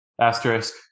Asterisk